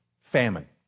famine